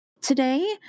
Today